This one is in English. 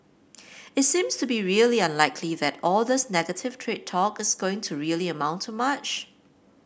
it seems to be really unlikely that all this negative trade talk is going to really amount to much